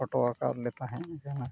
ᱦᱚᱴᱚᱣᱟᱠᱟᱫ ᱞᱮ ᱛᱟᱦᱮᱫ ᱡᱟᱦᱟᱱᱟᱜ